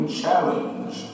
challenge